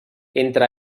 entre